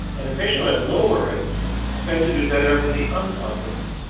and patients at lower risk tend to do better with the on pump technique.